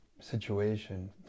situation